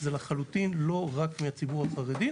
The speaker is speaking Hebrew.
זה לחלוטין לא רק מהציבור החרדי.